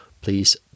please